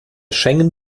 schengen